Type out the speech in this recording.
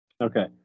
Okay